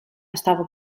estava